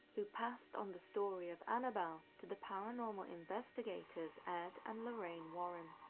who passed on the story of annabelle to the paranormal investigators ed and lorraine warren.